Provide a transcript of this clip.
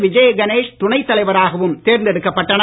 விஜய் கணேஷ் துணைத் தலைவராகவும் தேர்ந்தெடுக்கப்பட்டனர்